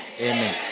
Amen